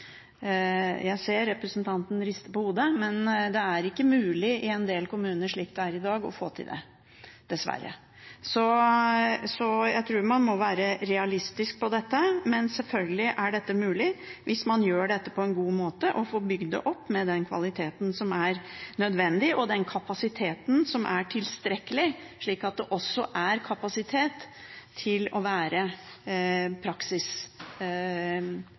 Jeg ser representanten rister på hodet, men det er ikke mulig å få til i en del kommuner, slik det er i dag, dessverre. Jeg tror man må være realistisk på dette. Men selvfølgelig er dette mulig hvis man gjør dette på en god måte og får bygd det opp med den kvaliteten som er nødvendig og den kapasiteten som er tilstrekkelig, slik at det også er kapasitet til å